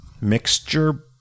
Mixture